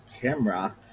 camera